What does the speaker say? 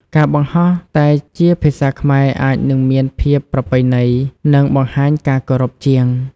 ការបង្ហោះតែជាភាសាខ្មែរអាចនឹងមានភាពប្រពៃណី និងបង្ហាញការគោរពជាង។